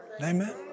Amen